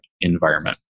environment